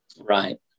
Right